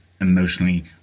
emotionally